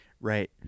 right